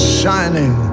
shining